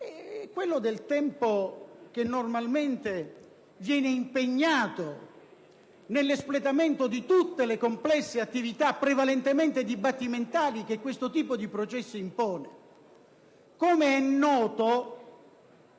quello del tempo normalmente impegnato nell'espletamento di tutte le complesse attività, prevalentemente dibattimentali, che questo tipo di processo impone. Come è noto,